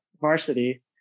varsity